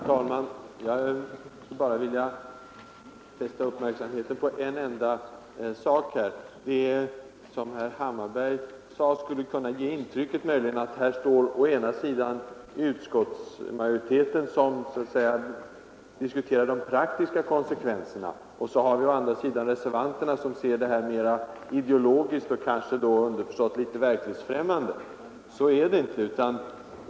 Herr talman! Jag skulle bara vilja fästa uppmärksamheten på en enda sak. Av det som herr Hammarberg sade kan man få intrycket att här står å ena sidan utskottsmajoriteten, som diskuterar de praktiska konsekvenserna, och å andra sidan reservanterna, som ser frågan mera ideologiskt och — kanske underförstått — litet verklighetsfrämmande. Så är det inte.